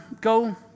go